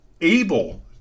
able